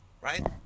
right